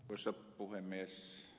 arvoisa puhemies